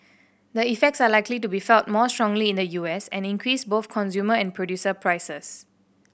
the effects are likely to be felt more strongly in the U S and increase both consumer and producer prices